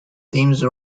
teams